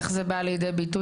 איך זה בא לידי ביטוי,